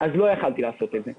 ולא יכולתי לעשות את זה.